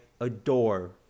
adore